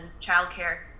childcare